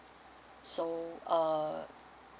so uh